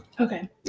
Okay